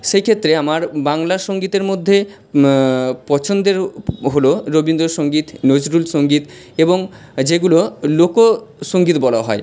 সেই ক্ষেত্রে আমার বাংলা সঙ্গীতের মধ্যে পছন্দের হলো রবীন্দ্রসঙ্গীত নজরুল সঙ্গীত এবং যেগুলো লোকসঙ্গীত বলা হয়